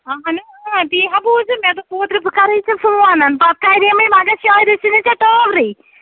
اَہَنُے اۭں تی ہا بوٗزُم مےٚ دوٚپ اوترٕ بہٕ کَرٕ ژےٚ فون پَتہٕ کَرے مےٚ مگر شایَد آسٕے نہٕ ژےٚ ٹاورٕے